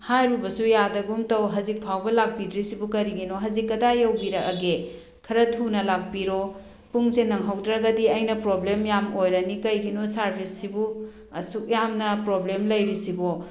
ꯍꯥꯏꯔꯨꯕꯁꯨ ꯌꯥꯗꯒꯨꯝ ꯇꯧ ꯍꯧꯖꯤꯛ ꯐꯥꯎꯕ ꯂꯥꯛꯄꯤꯗ꯭ꯔꯤꯁꯤꯕꯨ ꯀꯔꯤꯒꯤꯅꯣ ꯍꯧꯖꯤꯛ ꯀꯗꯥꯏꯗ ꯌꯧꯕꯤꯔꯛꯑꯒꯦ ꯈꯔ ꯊꯨꯅ ꯂꯥꯛꯄꯤꯔꯣ ꯄꯨꯡꯁꯦ ꯅꯪꯍꯧꯗ꯭ꯔꯒꯗꯤ ꯑꯩꯅ ꯄ꯭ꯔꯣꯕ꯭ꯂꯦꯝ ꯌꯥꯝ ꯑꯣꯏꯔꯅꯤ ꯀꯩꯒꯤꯅꯣ ꯁꯔꯚꯤꯁꯁꯤꯕꯨ ꯑꯁꯨꯛ ꯌꯥꯝꯅ ꯄ꯭ꯔꯣꯕ꯭ꯂꯦꯝ ꯂꯩꯔꯤꯁꯤꯕꯣ